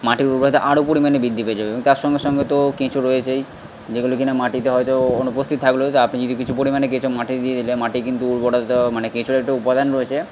মাটির উর্বরতা আরও পরিমাণে বৃদ্ধি পেয়ে যাবে এবং তার সঙ্গে সঙ্গে তো কেঁচো রয়েছেই যেগুলো কি না মাটিতে হয়তো অনুপস্থিত থাকলেও যে আপনি যদি কিছু পরিমাণে কেঁচো মাটি দিয়ে দিলে মাটি কিন্তু উর্বরতা মানে কেঁচোর একটা উপাদান রয়েছে